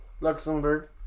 Luxembourg